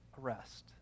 arrest